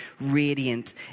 radiant